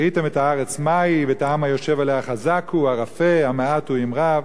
"וראיתם את הארץ מה היא ואת העם הישב עליה החזק הוא הרפה המעט הוא אם רב